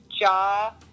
jaw